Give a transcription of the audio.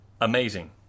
Amazing